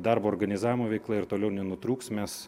darbo organizavimo veikla ir toliau nenutrūks mes